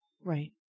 right